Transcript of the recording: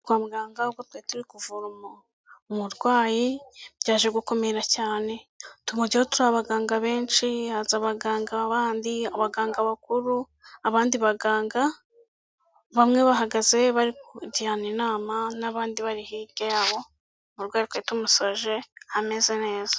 Kwa muganga ubwo twari turi kuvura umurwayi byaje gukomera cyane tumujyayo turi abaganga benshi, haza abaganga bandi, abaganga bakuru, abandi baganga, bamwe bahagaze bari kugirana inama n'abandi bari hirya ya bo, umurwayi twari tumusoje ameze neza.